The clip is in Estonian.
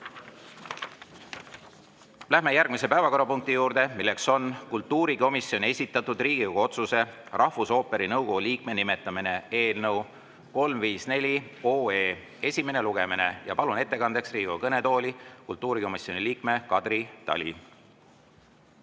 Läheme järgmise päevakorrapunkti juurde. Kultuurikomisjoni esitatud Riigikogu otsuse "Rahvusooperi nõukogu liikme nimetamine" eelnõu 354 esimene lugemine. Palun ettekandeks Riigikogu kõnetooli kultuurikomisjoni liikme Kadri Tali!